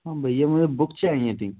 हाँ भैया मुझे बुक चाहिए थी